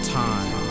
time